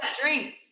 drink